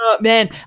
Man